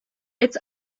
its